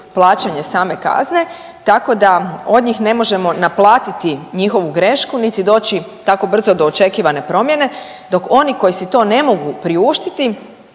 plaćanje same kazne, tako da od njih ne možemo naplatiti njihovu grešku niti doći tako brzo do očekivane promjene dok oni koji si to ne mogu priuštiti